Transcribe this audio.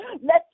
Let